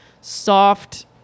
soft